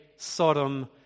Sodom